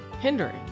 hindering